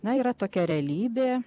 na yra tokia realybė